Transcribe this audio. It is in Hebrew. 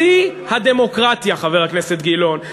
שיא הדמוקרטיה, חבר הכנסת גילאון.